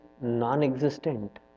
non-existent